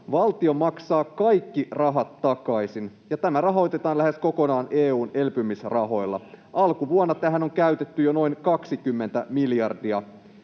Valtio maksaa kaikki rahat takaisin, ja tämä rahoitetaan lähes kokonaan EU:n elpymisrahoilla. [Leena Meri: Kyllä!] Alkuvuonna tähän on käytetty jo noin 20 miljardia.